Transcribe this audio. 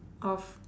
of